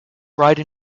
bride